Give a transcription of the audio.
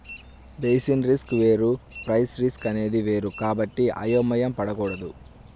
basis risk వేరు price risk అనేది వేరు కాబట్టి అయోమయం పడకూడదు